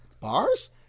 bars